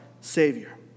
savior